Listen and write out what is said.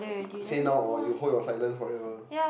say now or you hold your silence forever